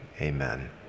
amen